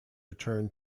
return